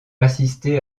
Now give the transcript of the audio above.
assister